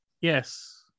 Yes